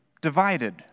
Divided